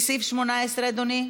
לסעיף 18, אדוני?